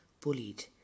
bullied